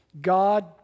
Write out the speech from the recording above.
God